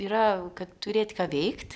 yra kad turėt ką veikt